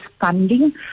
funding